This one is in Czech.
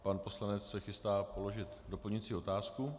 Pan poslanec se chystá položit doplňující otázku.